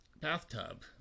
bathtub